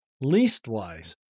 Leastwise